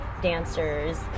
dancers